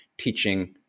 teaching